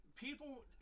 People